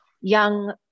young